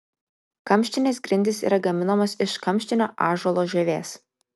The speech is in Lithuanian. kamštinės grindys yra gaminamos iš kamštinio ąžuolo žievės